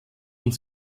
und